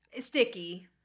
Sticky